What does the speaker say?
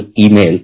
email